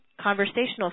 conversational